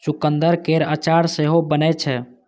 चुकंदर केर अचार सेहो बनै छै